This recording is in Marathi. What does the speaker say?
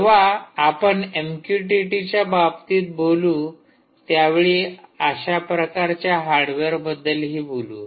जेव्हा आपण एमक्यूटीटीच्या बाबतीत बोलू त्यावेळी अशा प्रकारच्या ब्रोकर हार्डवेअरबद्दल ही बोलू